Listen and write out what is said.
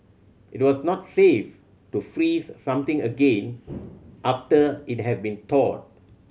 it was not safe to freeze something again after it has been thawed